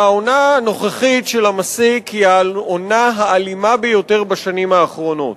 והעונה הנוכחית של המסיק היא העונה האלימה ביותר בשנים האחרונות.